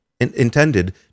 intended